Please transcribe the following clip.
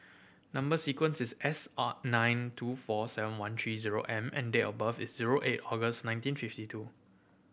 number sequence is S R nine two four seven one three zero M and date of birth is zero eight August nineteen fifty two